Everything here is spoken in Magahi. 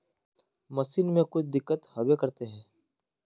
मशीन में कुछ दिक्कत होबे करते है?